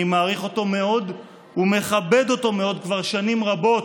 אני מעריך אותו מאוד ומכבד אותו מאוד כבר שנים רבות.